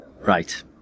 Right